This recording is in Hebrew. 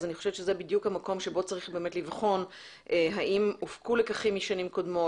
אני חושבת שזה בדיוק המקום בו צריך לבחון האם הופקו לקחים משנים קודמות,